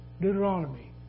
Deuteronomy